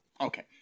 Okay